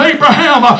Abraham